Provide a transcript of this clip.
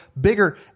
bigger